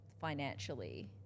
financially